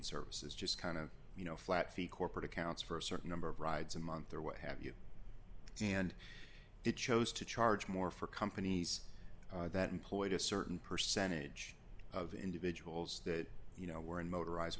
services just kind of you know flat fee corporate accounts for a certain number of rides a month or what have you and did chose to charge more for companies that employed a certain percentage of individuals that you know were in motorized